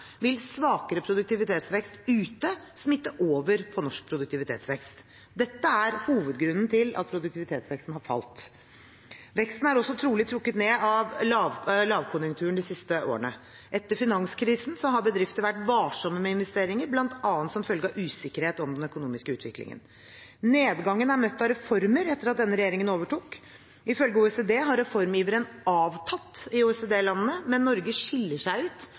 vil svakere produktivitetsvekst ute smitte over på norsk produktivitetsvekst. Dette er hovedgrunnen til at produktivitetsveksten har falt. Veksten er også trolig trukket ned av lavkonjunkturen de siste årene. Etter finanskrisen har bedriftene vært varsomme med investeringene, bl.a. som følge av usikkerhet om den økonomiske utviklingen. Nedgangen er møtt av reformer etter at denne regjeringen overtok. Ifølge OECD har reformiveren avtatt i OECD-landene, mens Norge skiller seg ut